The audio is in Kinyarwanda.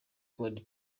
code